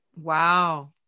Wow